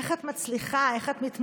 איך את מצליחה, איך את מתמודדת?